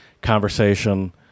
conversation